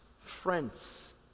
friends